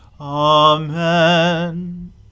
Amen